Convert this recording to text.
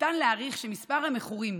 ניתן להעריך שמספר המכורים,